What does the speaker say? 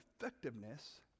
effectiveness